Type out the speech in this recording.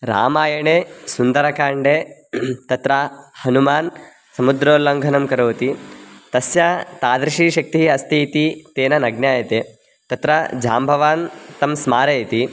रामायणे सुन्दरकाण्डे तत्र हनुमान् समुद्रोल्लङ्घनं करोति तस्य तादृशी शक्तिः अस्ति इति तेन न ज्ञायते तत्र जाम्बवान् तं स्मारयति